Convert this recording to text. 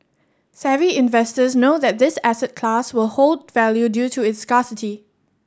savvy investors know that this asset class will hold value due to its scarcity